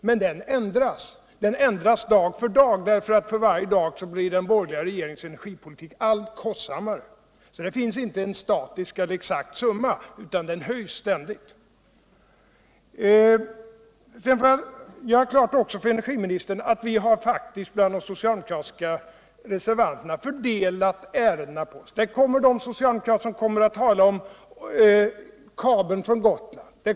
Men den ändras dag för dag: för varje dag blir den borgerliga regeringens energipolitik allt kostsammare. Summan är alltså inte statisk eller exakt, utan den höjs ständigt. Sedan får jag också göra klart för energiministern att vi faktiskt bland de socialdemokratiska reservanterna har fördelat ärendena. Hiär kommer socialdemokrater att tala om kabeln från Gotland.